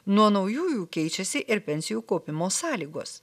nuo naujųjų keičiasi ir pensijų kaupimo sąlygos